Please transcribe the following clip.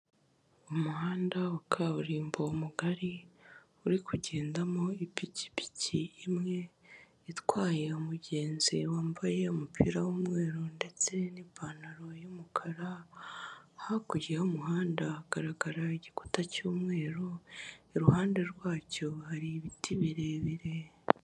Umuhanda wa kaburimbo mugari uri kugendamo ipikipiki imwe itwaye umugenzi, wambaye umupira w'umweru ndetse n'ipantaro y'umukara hakurya y'umuhanda hagaragara igikuta cy'umweru, iruhande rwacyo hari ibiti birebire.